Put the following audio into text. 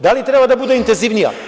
Da li treba da bude intenzivnija?